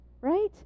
Right